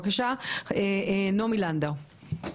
בבקשה, עורכת הדין נעמי לנדאו.